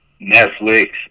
Netflix